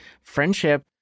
friendship